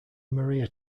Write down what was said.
maria